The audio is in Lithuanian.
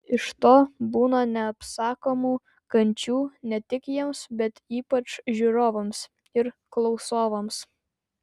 iš to būna neapsakomų kančių ne tik jiems bet ypač žiūrovams ir klausovams